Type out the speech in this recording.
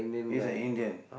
he's an Indian